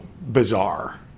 bizarre